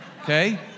Okay